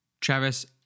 Travis